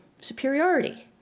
superiority